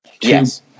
Yes